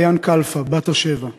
מעיין כלפה בת השבע,